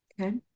Okay